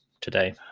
today